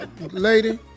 lady